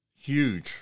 huge